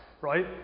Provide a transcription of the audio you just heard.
right